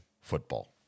football